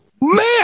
man